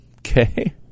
Okay